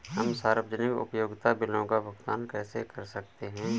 हम सार्वजनिक उपयोगिता बिलों का भुगतान कैसे कर सकते हैं?